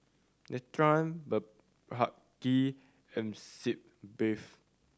Nutren Blephagel and Sitz Bath